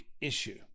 issue